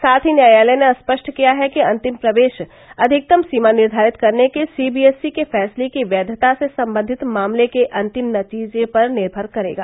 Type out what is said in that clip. साथ ही न्यायालय ने स्पष्ट किया है कि अंतिम प्रवेश अधिकतम सीमा निर्धारित करने के सीबीएसई के फैसले की वैधता से सबंधित मामले के अंतिम नतीजे पर निर्भर करेगा